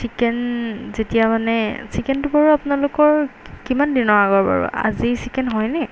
chicken যেতিয়া মানে চিকেনটো বাৰু আপোনালোকৰ কিমান দিনৰ আগৰ বাৰু আজিৰ চিকেন হয়নে